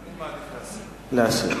אני מעדיף להסיר.